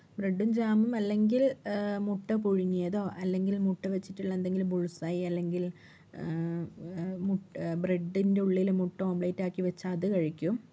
ബ്രെഡ്ഡും ജാമും അല്ലെങ്കില് ആ മുട്ട പുഴുങ്ങിയതോ അല്ലെങ്കില് മുട്ട വെച്ചിട്ടുള്ള എന്തെങ്കിലും ബുള്സൈ അല്ലെങ്കില് ബ്രെഡിന്റെ ഉള്ളില് മുട്ട ഓംലെറ്റ് ആക്കി വെച്ച അത് കഴിക്കും